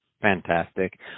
Fantastic